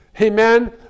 Amen